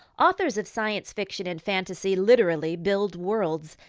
authors of science fiction and fantasy literally build worlds.